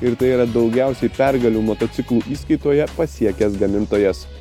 ir tai yra daugiausiai pergalių motociklų įskaitoje pasiekęs gamintojas